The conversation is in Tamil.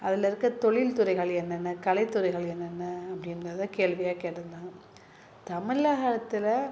அதில் இருக்கற தொழில் துறைகள் என்னென்ன கலைத்துறைகள் என்னென்ன அப்படின்றத கேள்வியாக கேட்டிருந்தாங்க தமிழகத்துல